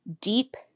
deep